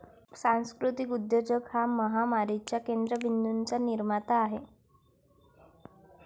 सांस्कृतिक उद्योजक हा महामारीच्या केंद्र बिंदूंचा निर्माता आहे